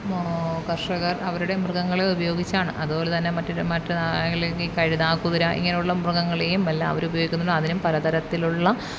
മ് കർഷകർ അവരുടെ മൃഗങ്ങളെ ഉപയോഗിച്ചാണ് അതുപോലെ തന്നെ മറ്റൊരു മറ്റ് നായകളെയും ഈ കഴുത കുതിര ഇങ്ങനെയുള്ള മൃഗങ്ങളെയും എല്ലാം അവർ ഉപയോഗിക്കുന്നുണ്ട് അതിനും പലതരത്തിലുള്ള